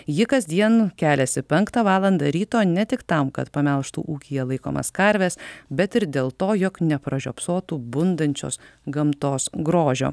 ji kasdien keliasi penktą valandą ryto ne tik tam kad pamelžtų ūkyje laikomas karves bet ir dėl to jog nepražiopsotų bundančios gamtos grožio